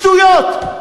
שטויות.